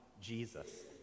Jesus